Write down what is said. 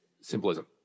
symbolism